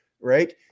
Right